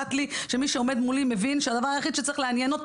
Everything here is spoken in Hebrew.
איכפת לי שמי שעומד מולי צריך להבין שהדבר היחיד שצריך לעניין אותו